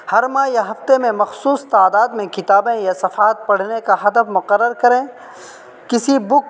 ہر ماہ یا ہفتے میں مخصوص تعداد میں کتابیں یا صفحات پڑھنے کا ہدف مقرر کریں کسی بک